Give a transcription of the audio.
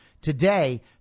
today